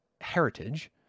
heritage